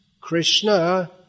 Krishna